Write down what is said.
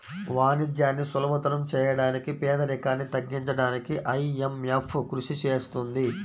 వాణిజ్యాన్ని సులభతరం చేయడానికి పేదరికాన్ని తగ్గించడానికీ ఐఎంఎఫ్ కృషి చేస్తుంది